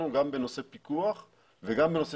אני ממש לא מסכימה עם הגישה של לסגור,